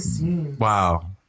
Wow